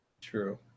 True